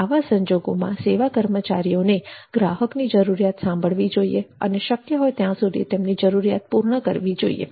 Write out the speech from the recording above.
આવા સંજોગોમાં સેવા કર્મચારીઓને ગ્રાહકની જરૂરિયાત સાંભળવી જોઈએ અને શક્ય હોય ત્યાં સુધી તેમની જરૂરિયાત પૂર્ણ કરવી જોઈએ